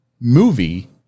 movie